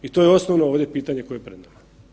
I to je osnovno ovdje pitanje koje je pred nama.